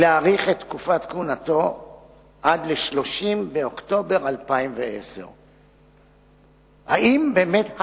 להאריך את תקופת כהונתו עד 30 באוקטובר 2010. האם באמת,